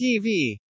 TV